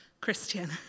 Christian